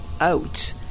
out